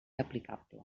aplicable